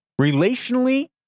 relationally